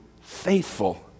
faithful